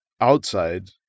outside